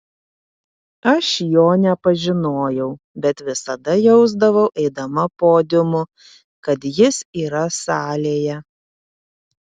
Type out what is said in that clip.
aš jo nepažinojau bet visada jausdavau eidama podiumu kad jis yra salėje